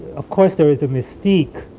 of course there is a mystique